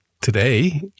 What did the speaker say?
today